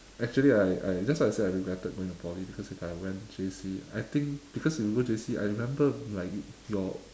actually I I'd just like to say I regretted going to poly because if I had went J_C I think because if you go J_C I remember like your